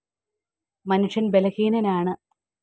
മനുഷ്യൻ ബലഹീനനാണ്